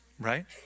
Right